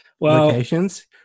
locations